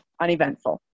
uneventful